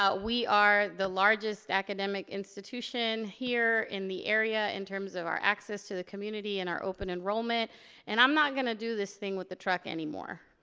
we are the largest academic institution here in the area in terms of our access to the community and our open enrollment and i'm not gonna do this thing with the truck anymore.